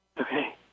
Okay